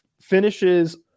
finishes